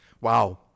Wow